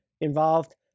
involved